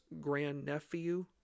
grandnephew